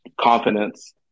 confidence